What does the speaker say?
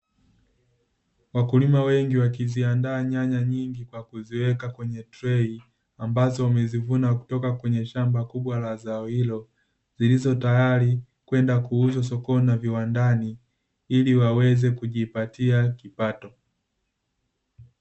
Wakulima wengi wakiziandaa nyanya nyingi kwa kuziweka kwenye trei, ambazo wamezivuna kutoka kwenye shamba kubwa la zao hilo, zilizo tayari kwenda kuuzwa sokoni na viwandani ili waweze kujipatia kipato.